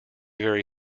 very